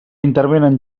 intervenen